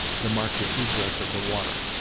to mark the egress of the water.